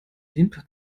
wimper